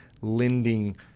lending